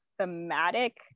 thematic